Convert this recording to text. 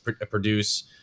produce